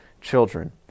children